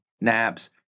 naps